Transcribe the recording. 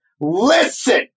listen